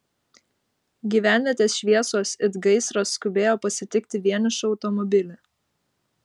gyvenvietės šviesos it gaisras skubėjo pasitikti vienišą automobilį